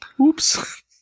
Oops